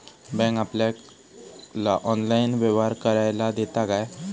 Bank आपल्याला online व्यवहार करायला देता काय?